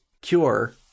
cure